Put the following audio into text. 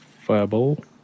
Fireball